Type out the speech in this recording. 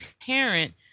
parent